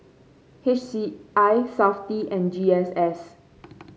H C I Safti and G S S